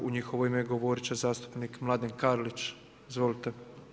U njihovo ime govorit će zastupnik Mladen Karlić, izvolite.